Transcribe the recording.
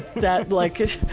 that like-ish.